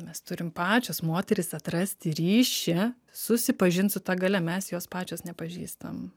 mes turim pačios moterys atrasti ryšį susipažint su ta galia mes jos pačios nepažįstam